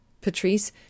Patrice